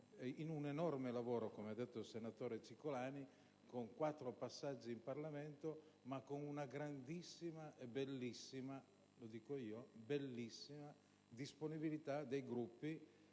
legislatura, come ha detto il senatore Cicolani, con quattro passaggi in Parlamento, ma con una grandissima e bellissima disponibilità dei Gruppi,